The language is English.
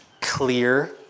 clear